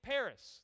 Paris